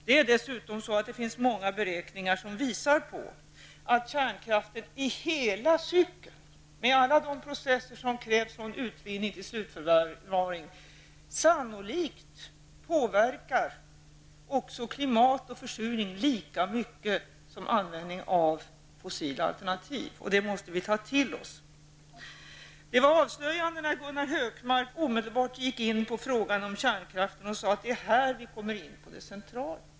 Det finns dessutom många beräkningar som visar att kärnkraften i hela cykeln, med alla de processer som krävs från utvinning till slutförvaring, sannolikt påverkar också klimat och försurning lika mycket som användning av fossila alternativ. Detta måste vi ta till oss. Det var avslöjande när Gunnar Hökmark omedelbart gick in på frågan om kärnkraften och sade att det är här vi kommer in på det centrala.